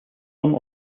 some